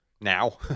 Now